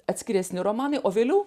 atskiresni romanai o vėliau